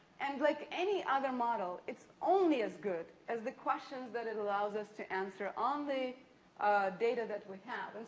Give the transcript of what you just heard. and like any other model, it's only as good as the questions that it allows us to answer on the data that we have. and,